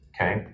okay